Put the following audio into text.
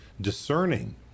discerning